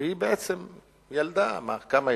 שהיא בעצם ילדה, בת כמה היא?